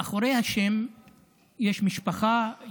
מאחורי השם יש משפחה,